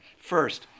First